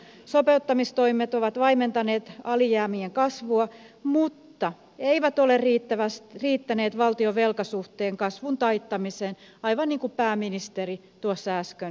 sopeuttamistoimet ovat vaimentaneet alijäämien kasvua mutta eivät ole riittäneet valtion velkasuhteen kasvun taittamiseen aivan niin kuin pääministeri äsken itsekin kuvasi